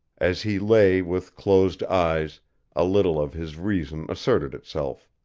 as he lay with closed eyes a little of his reason asserted itself.